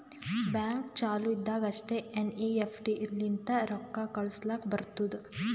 bank ಚಾಲು ಇದ್ದಾಗ್ ಅಷ್ಟೇ ಎನ್.ಈ.ಎಫ್.ಟಿ ಲಿಂತ ರೊಕ್ಕಾ ಕಳುಸ್ಲಾಕ್ ಬರ್ತುದ್